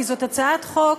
כי זו הצעת חוק